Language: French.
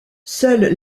seules